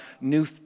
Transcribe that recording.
new